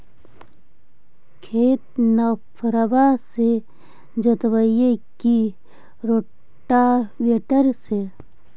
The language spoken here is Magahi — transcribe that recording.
खेत नौफरबा से जोतइबै की रोटावेटर से?